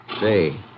Say